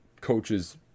coaches